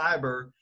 cyber